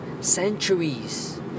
centuries